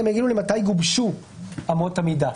גם יגידו מתי למתי גובשו אמות המידה.